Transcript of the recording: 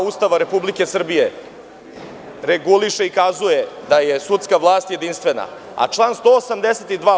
Ustava Republike Srbije reguliše i kazuje da je sudska vlast jedinstvena, a član 182.